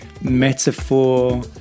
metaphor